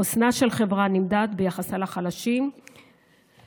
חוסנה של חברה נמדד ביחסה לחלשים בחברה.